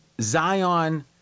Zion